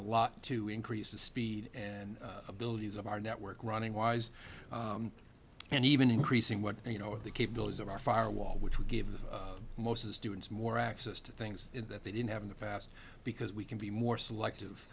a lot to increase the speed and abilities of our network running wise and even increasing what you know what the capabilities are far wall which would give them most of the students more access to things that they didn't have in the past because we can be more selective